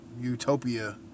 utopia